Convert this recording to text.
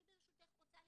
אני, ברשותך, רוצה להתייחס,